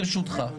ברשותך,